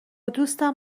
دوستم